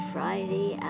Friday